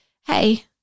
hey